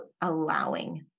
allowing